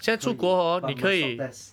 可以 but must swab test